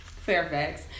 Fairfax